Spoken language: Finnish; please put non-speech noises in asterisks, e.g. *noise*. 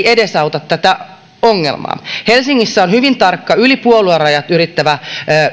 *unintelligible* edesauta tätä ongelmaa helsingissä on hyvin tarkka puoluerajat ylittävä